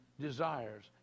desires